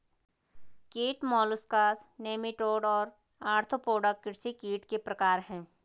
कीट molluscs nematode और arthropoda कृषि कीट के प्रकार हैं